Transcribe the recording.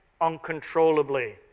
uncontrollably